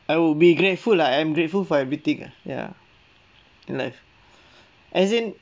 I would be grateful lah I'm grateful for everything ah ya life as in